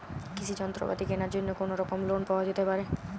কৃষিযন্ত্রপাতি কেনার জন্য কোনোরকম লোন পাওয়া যেতে পারে?